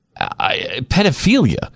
pedophilia